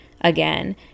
again